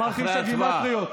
אמרתי איש הגימטריות,